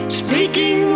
speaking